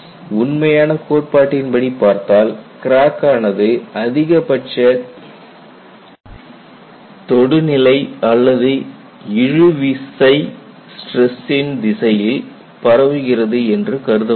உண்மையான கோட்பாட்டின்படி பார்த்தால் கிராக் ஆனது அதிகபட்ச தொடு நிலை அல்லது இழுவிசை ஸ்டிரஸ்சின் திசையில் பரவுகிறது என்று கருதப்படுகிறது